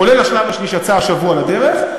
כולל השלב השני שיצא השבוע לדרך.